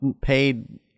paid